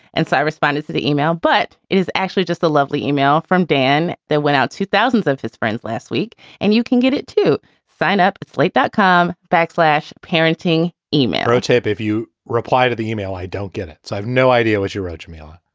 and so i responded to the email. but it is actually just a lovely email from dan that went out to thousands of his friends last week and you can get it to sign up. slate that com backlash parenting email protip if you reply to the e-mail, i don't get it. so i have no idea what you wrote, jameela.